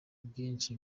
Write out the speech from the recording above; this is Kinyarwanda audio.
bwinshi